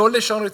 לא ל"שערי צדק",